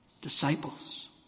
disciples